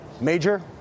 Major